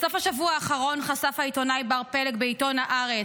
בסוף השבוע האחרון חשף העיתונאי בר פלג בעיתון הארץ,